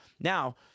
Now